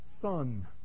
son